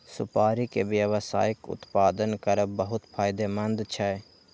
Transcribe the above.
सुपारी के व्यावसायिक उत्पादन करब बहुत फायदेमंद छै